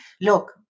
Look